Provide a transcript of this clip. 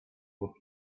would